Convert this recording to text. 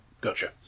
gotcha